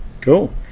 Cool